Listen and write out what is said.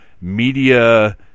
media